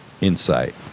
insight